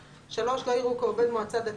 (3) לא יראו כעובד מועצה דתית,